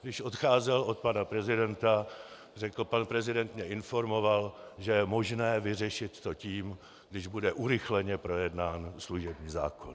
Když odcházel od pana prezidenta, řekl: Pan prezident mě informoval, že je možné vyřešit to tím, když bude urychleně projednán služební zákon.